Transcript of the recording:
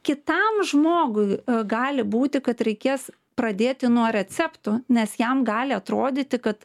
kitam žmogui gali būti kad reikės pradėti nuo receptų nes jam gali atrodyti kad